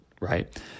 right